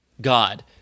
God